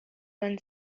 won